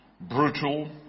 brutal